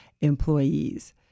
employees